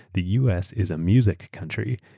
the us is a music country,